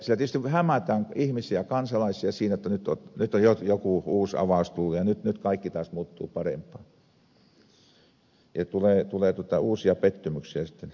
sillä tietysti hämätään ihmisiä kansalaisia siinä jotta nyt on joku uusi avaus tullut ja nyt kaikki taas muuttuu parempaan ja tulee uusia pettymyksiä sitten edelleen